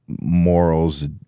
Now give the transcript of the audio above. morals